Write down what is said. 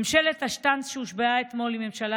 ממשלת השטנץ שהושבעה אתמול היא ממשלה